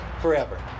forever